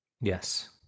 yes